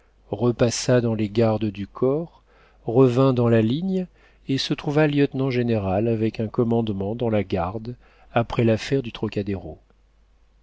repassa dans les gardes du corps revint dans la ligne et se trouva lieutenant-général avec un commandement dans la garde après l'affaire du trocadéro